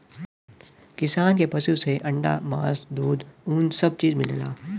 किसान के पसु से अंडा मास दूध उन सब चीज मिलला